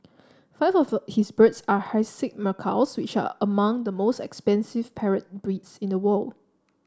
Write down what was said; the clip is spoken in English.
five of his birds are hyacinth macaws which are among the most expensive parrot breeds in the world